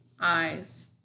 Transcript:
eyes